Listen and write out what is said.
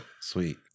Sweet